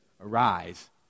Arise